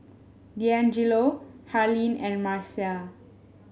Deangelo Harlene and Marcia